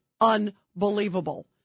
unbelievable